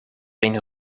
een